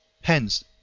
Hence